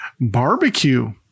barbecue